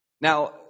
Now